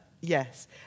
Yes